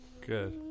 Good